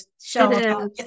show